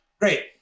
Great